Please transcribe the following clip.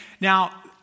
Now